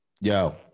Yo